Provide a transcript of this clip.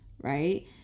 right